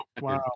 Wow